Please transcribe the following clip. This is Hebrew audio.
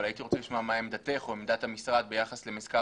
אבל הייתי רוצה לשמוע מה עמדתך או עמדת המשרד ביחס למזכר